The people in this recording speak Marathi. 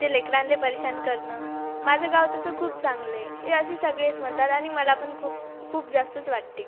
ते लेकरांले परेशान करणं माझं गाव तसं खूप चांगलं आहे हे असे सगळेच म्हणतात आणि मला पण खूप खूप जास्तच वाटते